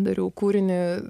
dariau kūrinį